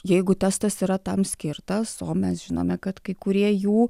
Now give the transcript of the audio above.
jeigu testas yra tam skirtas o mes žinome kad kai kurie jų